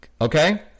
Okay